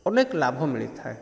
ଅନେକ ଲାଭ ମିଳିଥାଏ